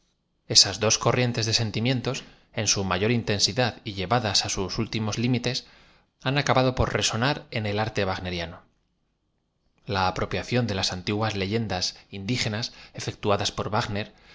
esas dos corrientes de sentimientos en au mayor intensidad y llevadas á sus últimos limites han acabado por resonar en e l arte wagneriano l a apropiación de las antiguas leyendas indígenas efectuada por